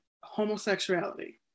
homosexuality